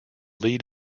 lead